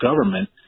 government